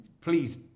please